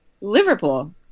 Liverpool